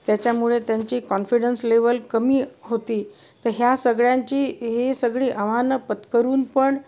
त्याच्यामुळे त्यांची confidence level कमी होती तर ह्या सगळ्यांची ही सगळी आव्हानं पत्करून पण